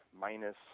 minus